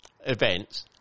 events